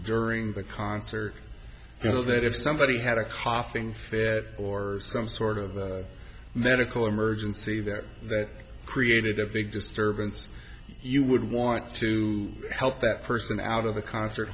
during the concert you know that if somebody had a coughing fit or some sort of medical emergency that that created a big disturbance you would want to help that person out of the concert